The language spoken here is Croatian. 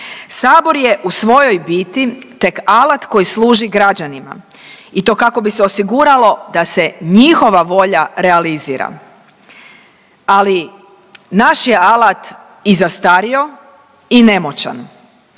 sabor je u svojoj biti tek alat koji služi građanima i to kako bi se osiguralo da se njihova volja realizira, ali naš je alat i zastario i nemoćan.